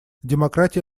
демократия